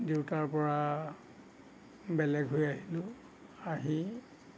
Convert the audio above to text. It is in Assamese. দেউতাৰপৰা বেলেগ হৈ আহিলোঁ আহি